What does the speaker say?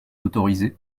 autorisé